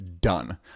Done